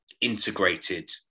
integrated